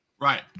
Right